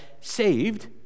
saved